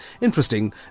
interesting